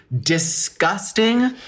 disgusting